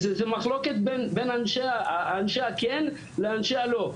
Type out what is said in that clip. ובאמת זו מחלוקת בין אנשי הכן לאנשי הלא.